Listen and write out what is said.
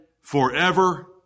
forever